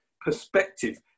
perspective